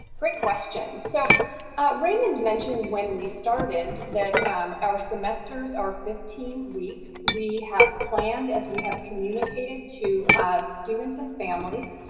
great question. so raymond mentioned when we started that our semesters are fifteen weeks. we have planned, as we have communicated to students and families,